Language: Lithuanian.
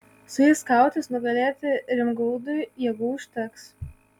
su jais kautis nugalėti rimgaudui jėgų užteks